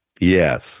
Yes